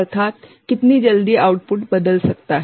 अर्थात कितनी जल्दी आउटपुट बदल सकता है